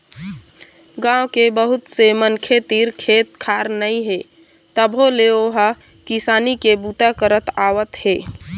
गाँव के बहुत से मनखे तीर खेत खार नइ हे तभो ले ओ ह किसानी के बूता करत आवत हे